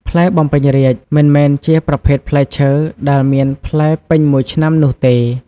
ផ្លែបំពេញរាជ្យមិនមែនជាប្រភេទផ្លែឈើដែលមានផ្លែពេញមួយឆ្នាំនោះទេ។